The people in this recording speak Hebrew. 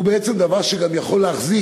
הוא בעצם דבר שיכול להחזיק